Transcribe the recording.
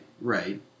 right